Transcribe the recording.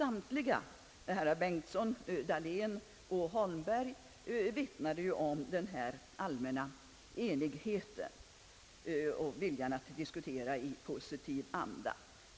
Herrar Bengtson, Dahlén och Holmberg vittnade om denna allmänna enighet och om viljan att diskutera i posi tiv anda.